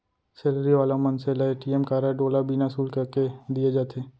salary वाला मनसे ल ए.टी.एम कारड ओला बिना सुल्क के दिये जाथे